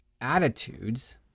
attitudes